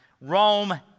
Rome